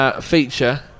feature